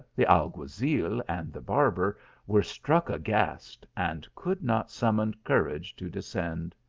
the alguazil, and the barber were struck aghast, and could not summon courage to descend.